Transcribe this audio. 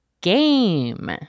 GAME